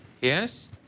Yes